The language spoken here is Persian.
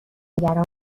نگران